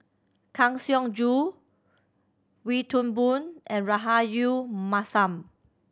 Kang Siong Joo Wee Toon Boon and Rahayu Mahzam